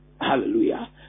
Hallelujah